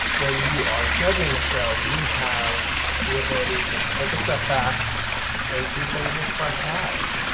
when you are judging a show, you have the ability to take a step back and see things with fresh eyes.